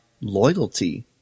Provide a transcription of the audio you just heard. loyalty